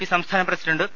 P സംസ്ഥാന president P